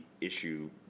issue